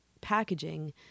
packaging